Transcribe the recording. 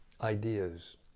ideas